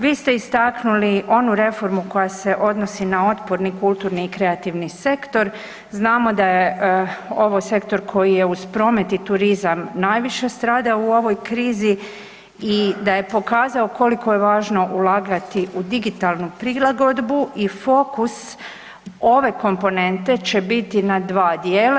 Vi ste istaknuli onu reformu koja se odnosi na otporni kulturni i kreativni sektor, znamo da je ovo sektor koji je uz promet i turizam najviše stradao u ovoj krizi i da je pokazao koliko je važno ulagati u digitalnu prilagodbu i fokus ove komponente će biti na dva dijela.